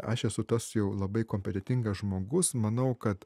aš esu tas jau labai kompetentingas žmogus manau kad